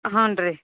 ಹ್ಞಾ ರೀ